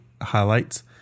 highlights